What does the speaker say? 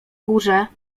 górze